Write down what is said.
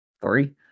Three